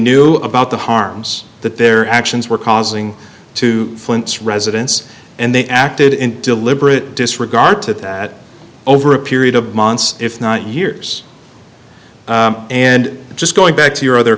knew about the harms that their actions were causing to flint's residents and they acted in deliberate disregard to that over a period of months if not years and just going back to your other